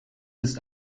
ist